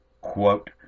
quote